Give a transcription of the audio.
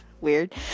weird